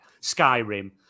Skyrim